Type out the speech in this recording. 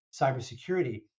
cybersecurity